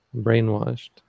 brainwashed